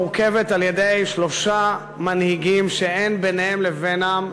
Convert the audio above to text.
מורכבת על-ידי שלושה מנהיגים שאין ביניהם לבינם,